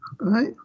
right